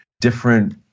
different